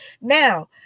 Now